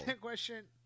question